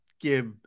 give